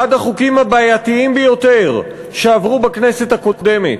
החוקים הבעייתיים ביותר שעברו בכנסת הקודמת,